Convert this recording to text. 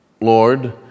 Lord